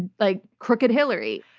and like crooked hillary.